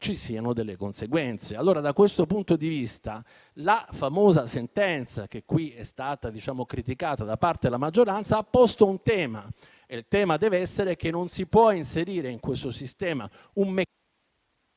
ci siano delle conseguenze. Allora, da questo punto di vista, la famosa sentenza che qui è stata criticata da parte della maggioranza ha posto un tema, e il tema dev'essere che non si può inserire in questo sistema un meccanismo...